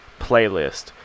playlist